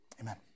amen